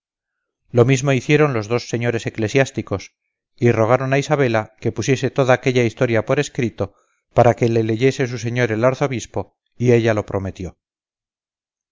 lo mismo hicieron los dos señores eclesiásticos y rogaron a isabela que pusiese toda aquella historia por escrito para que le leyese su señor el arzobispo y ella lo prometió